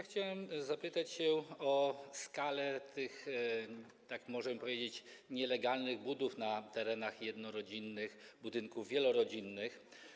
Chciałbym zapytać się o skalę tych, tak możemy powiedzieć, nielegalnych budów na terenach jednorodzinnych budynków wielorodzinnych.